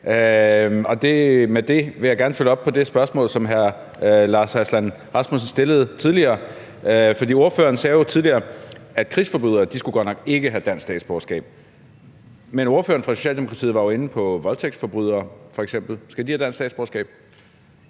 dag. Jeg vil gerne følge op på det spørgsmål, som hr. Lars Aslan Rasmussen stillede. For ordføreren sagde tidligere, at krigsforbrydere godt nok ikke skulle have dansk statsborgerskab, men ordføreren fra Socialdemokratiet var jo inde på f.eks. voldtægtsforbrydere. Skal de have dansk statsborgerskab?